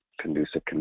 conducive